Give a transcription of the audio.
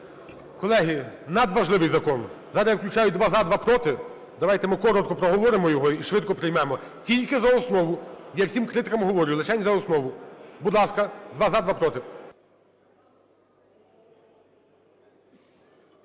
Колеги, надважливий закон! Зараз я включаю: два – за, два – проти. Давайте ми коротко проговоримо його і швидко приймемо. Тільки за основу. Я всім критикам говорю: лишень за основу. Будь ласка, два – за, два – проти.